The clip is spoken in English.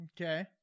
Okay